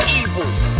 evils